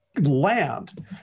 land